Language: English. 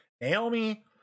Naomi